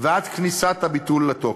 ועד כניסת הביטול לתוקף.